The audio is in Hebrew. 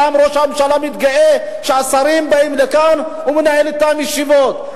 ראש הממשלה מתגאה שהשרים באים לכאן והוא מנהל אתם ישיבות,